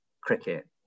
cricket